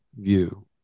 view